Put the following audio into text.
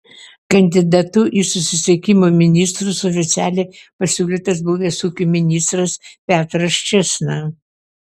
kandidatu į susisiekimo ministrus oficialiai pasiūlytas buvęs ūkio ministras petras čėsna